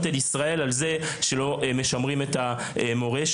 אל ישראל על זה שלא משמרים את המורשת.